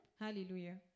Hallelujah